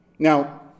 Now